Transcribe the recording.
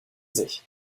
sich